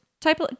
type